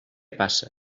passa